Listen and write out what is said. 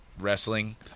Wrestling